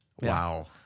Wow